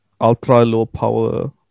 ultra-low-power